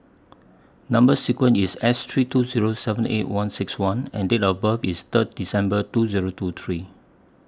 Number sequence IS S three two Zero seven eight one six one and Date of birth IS Third December two Zero two three